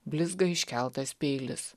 blizga iškeltas peilis